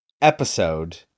Episode